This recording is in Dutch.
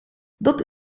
dat